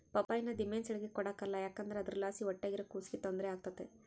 ಪಪ್ಪಾಯಿನ ದಿಮೆಂಸೇಳಿಗೆ ಕೊಡಕಲ್ಲ ಯಾಕಂದ್ರ ಅದುರ್ಲಾಸಿ ಹೊಟ್ಯಾಗಿರೋ ಕೂಸಿಗೆ ತೊಂದ್ರೆ ಆಗ್ತತೆ